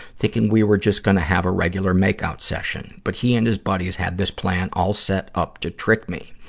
thinking we were just gonna have a regular make-out session. but he and his buddies had this plan all set up to trick me.